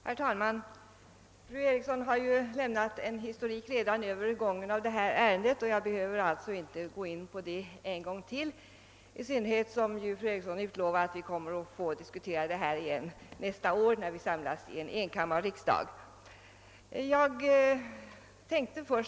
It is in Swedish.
Herr talman! Fru Eriksson i Stockholm har redan lämnat en redogörelse för gången av detta ärende, och jag behöver alltså inte gå in på någon historik, i synnerhet som ju fru Eriksson har utlovat att vi kommer att få diskutera saken igen nästa år när vi samlas i enkammarriksdagen.